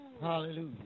Hallelujah